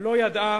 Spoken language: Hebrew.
לא ידעה